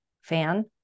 fan